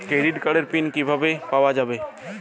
Credit কার্ডের pin কিভাবে পাওয়া যাবে?